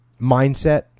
mindset